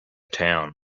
town